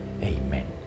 Amen